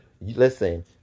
listen